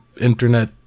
internet